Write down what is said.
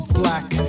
black